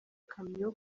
kamyo